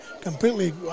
completely